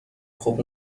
خوب